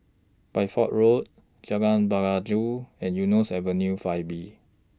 Bideford Road Jalan Pelajau and Eunos Avenue five B